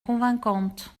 convaincante